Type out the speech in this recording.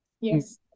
Yes